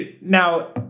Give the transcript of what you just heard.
now